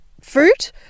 fruit